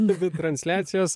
dvi transliacijos